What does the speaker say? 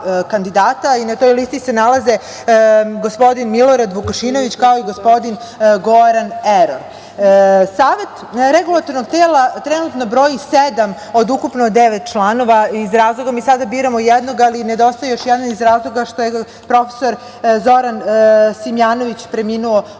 i na toj listi se nalaze gospodin Milorad Vukašinović, kao i gospodin Goran Eror. Savet regulatornog tela trenutno broji sedam od ukupno devet članova. Mi sada biramo jednog, ali nedostaje još jedan, iz razloga što je profesor Zoran Simjanović preminuo u